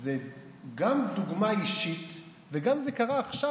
זה גם דוגמה אישית וגם זה קרה עכשיו,